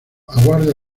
aguarda